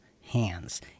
hands